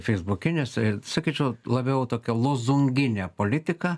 feisbukinės sakyčiau labiau tokia lozunginė politika